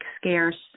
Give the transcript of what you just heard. scarce